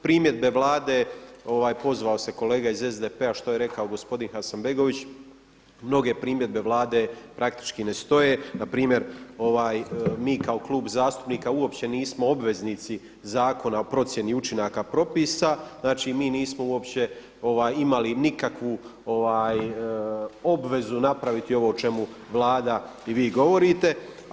Primjedbe Vlade, pozvao se kolega iz SDP-a što je rekao gospodin Hasanbegović, mnoge primjedbe Vlade praktički ne stoje, npr. mi kao Klub zastupnika uopće nismo obveznici Zakona o procjeni učinaka propisa, znači mi nismo uopće imali nikakvu obvezu napraviti ovo o čemu Vlada i vi govorite.